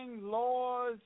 laws